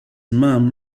mum